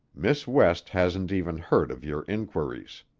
miss west hasn't even heard of your inquiries.